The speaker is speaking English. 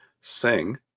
sing